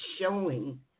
showing